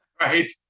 Right